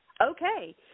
Okay